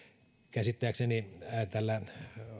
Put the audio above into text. käsittääkseni tällä